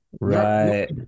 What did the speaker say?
Right